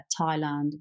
Thailand